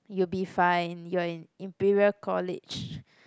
you'll be fine you're in Imperial-College